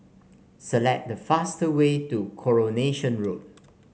select the fastest way to Coronation Road